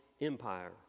empire